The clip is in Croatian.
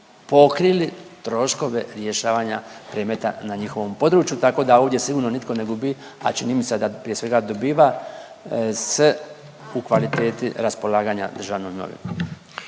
pokrili troškove rješavanja predmeta na njihovom području tako da ovdje sigurno nitko ne gubi, a činjenica je da prije svega dobiva se u kvaliteti raspolaganja državnom imovinom.